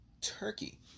Turkey